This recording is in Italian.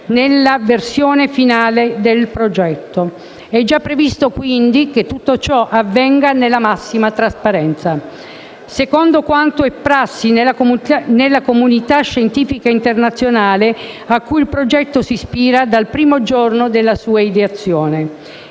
nella versione finale del progetto. È già previsto, quindi, che tutto ciò avvenga nella massima trasparenza, secondo quanto è prassi nella comunità scientifica internazionale a cui il progetto si ispira dal primo giorno della sua ideazione.